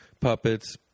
puppets